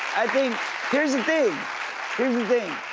i think here is the thing,